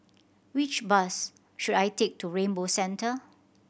which bus should I take to Rainbow Centre